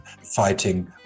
fighting